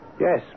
Yes